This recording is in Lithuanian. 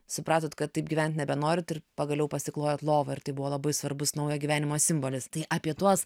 supratot kad taip gyvent nebenorit ir pagaliau pasiklojot lovą ir tai buvo labai svarbus naujo gyvenimo simbolis tai apie tuos